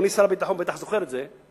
אדוני שר הביטחון בטח זוכר את זה,